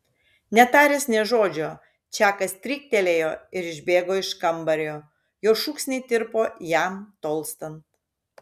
netaręs nė žodžio čakas stryktelėjo ir išbėgo iš kambario jo šūksniai tirpo jam tolstant